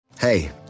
Hey